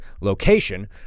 location